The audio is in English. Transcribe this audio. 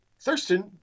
thurston